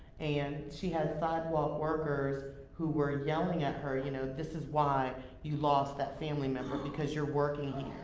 and she had sidewalk workers who were yelling at her, you know, this is why you lost that family member, because you're working